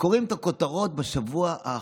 שקוראים את הכותרות בשבוע האחרון,